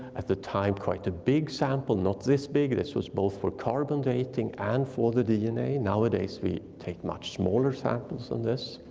at the time quite a big sample, not this big, this was both for carbon dating and for the dna. nowadays we take much smaller samples than this.